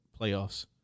Playoffs